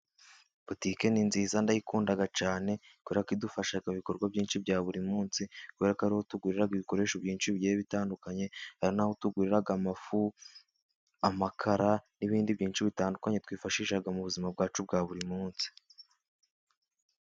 Botique ni nziza ndayikunda cyane, kuberako idufasha ibikorwa byinshi bya buri munsi. Kubera ko ari aho tugurira ibikoresho byinshi bigiye bitandukanye. Hari n'aho tugurira amafu, amakara n'ibindi byinshi bitandukanye twifashisha mu buzima bwacu bwa buri munsi.